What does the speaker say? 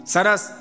Saras